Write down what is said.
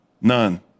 None